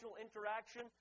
interaction